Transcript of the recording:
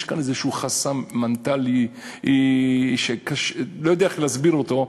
יש כאן איזה חסם מנטלי שאני לא יודע איך להסביר אותו,